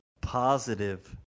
positive